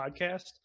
podcast